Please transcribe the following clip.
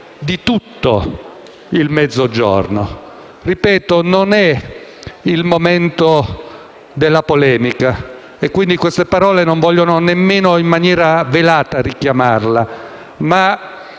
di tutto il Mezzogiorno. Ripeto che non è il momento della polemica e quindi queste parole non vogliono nemmeno in maniera velata richiamarla, ma